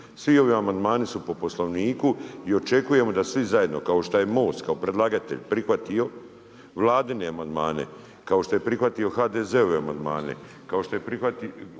svi ovi amandmani su po Poslovniku i očekujemo da svi zajedno kao šta je MOST, kao predlagatelj prihvatio Vladine amandmane, kao što je prihvatio HDZ-ove amandmane, kao što je prihvatio